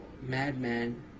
Madman